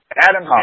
Adam